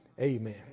Amen